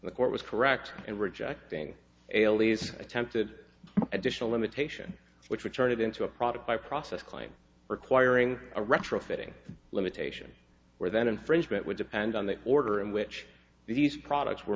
the court was correct in rejecting ailey's attempted additional limitation which would turn it into a product by process claim requiring a retrofitting limitation where then infringement would depend on the order in which these products were